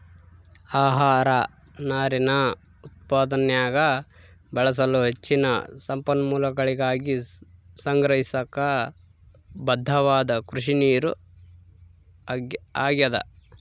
ಆಹಾರ ನಾರಿನ ಉತ್ಪಾದನ್ಯಾಗ ಬಳಸಲು ಹೆಚ್ಚಿನ ಸಂಪನ್ಮೂಲಗಳಿಗಾಗಿ ಸಂಗ್ರಹಿಸಾಕ ಬದ್ಧವಾದ ಕೃಷಿನೀರು ಆಗ್ಯಾದ